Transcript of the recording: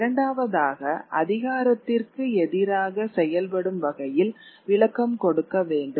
இரண்டாவதாக அதிகாரத்திற்கு எதிராக செயல்படும் வகையில் விளக்கம் கொடுக்க வேண்டும்